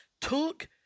took